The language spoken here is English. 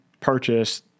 purchase